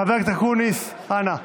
חבר הכנסת אקוניס, אנא.